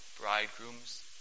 bridegroom's